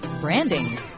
branding